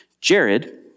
Jared